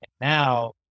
now